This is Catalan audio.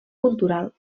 cultural